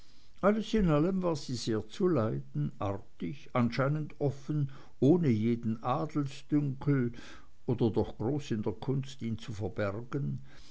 alles in allem war sie sehr zu leiden artig anscheinend offen ohne jeden adelsdünkel oder doch groß in der kunst ihn zu verbergen